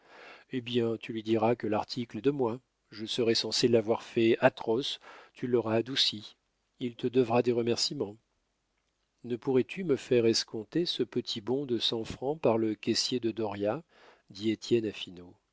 hé bien tu lui diras que l'article est de moi je serai censé l'avoir fait atroce tu l'auras adouci il te devra des remercîments ne pourrais-tu me faire escompter ce petit bon de cent francs par le caissier de dauriat dit